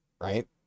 right